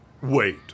Wait